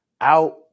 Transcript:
out